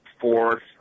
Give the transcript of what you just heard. fourth